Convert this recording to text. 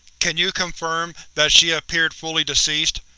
can you confirm that she appeared fully deceased?